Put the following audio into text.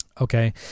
Okay